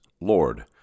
Lord